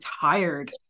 tired